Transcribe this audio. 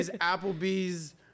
Applebee's